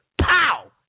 pow